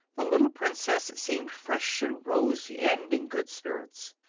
the little princess seemed fresh and rosy and in good spirits.